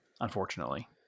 unfortunately